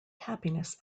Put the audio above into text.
happiness